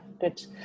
good